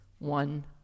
one